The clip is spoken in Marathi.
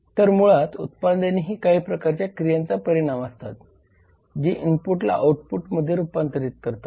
तर मुळात उत्पादने काही प्रकारच्या क्रियांचा परिणाम असतात जी इनपुटला आउटपुटमध्ये रूपांतरित करतात